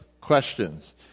questions